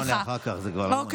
הוא לא עונה אחר כך, זה כבר, אוקיי,